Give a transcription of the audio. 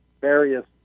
various